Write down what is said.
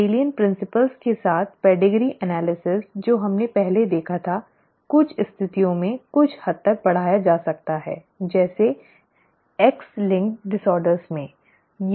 Mendelian सिद्धांतों के साथ पेडिग्री का विश्लेषण जो हमने पहले देखा था कुछ स्थितियों में कुछ हद तक बढ़ाया जा सकता है जैसे एक्स लिंक्ड विकारों में